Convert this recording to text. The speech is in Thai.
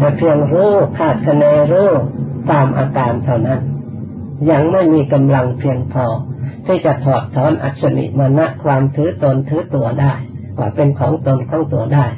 แต่เพียงรู้คาดคะเน รู้ตามอาการเท่านั้น ยังไม่มีกำลังเพียงพอที่จะถอดถอนอัจฉริมณะ ความถือตนถือตัวได้ ว่าเป็นของตนของตัวได้